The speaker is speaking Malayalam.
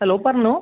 ഹലോ പറഞ്ഞോ